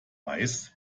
weiß